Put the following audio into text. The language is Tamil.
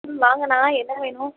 ம் வாங்கண்ணா என்ன வேணும்